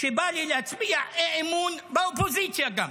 שבא לי להצביע אי-אמון גם באופוזיציה,